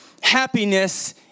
Happiness